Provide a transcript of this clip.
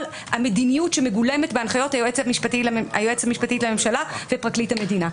המדיניות שמגולמת בהנחיות היועצת המשפטית לממשלה ופרקליט המדינה.